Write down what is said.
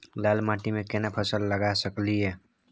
लाल माटी में केना फसल लगा सकलिए?